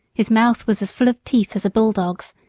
his mouth was as full of teeth as a bull-dog's,